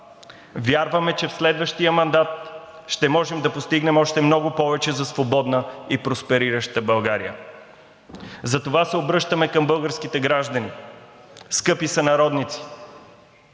Вярваме, че в следващия мандат ще можем да постигнем още, много повече за свободна и просперираща България. Затова се обръщаме към българските граждани – скъпи сънародници,